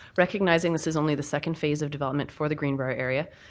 recognizing this is only the second phase of development for the green briar area,